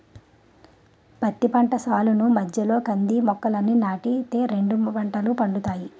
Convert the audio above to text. పత్తి పంట సాలుల మధ్యలో కంది మొక్కలని నాటి తే రెండు పంటలు పండుతాయి